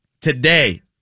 today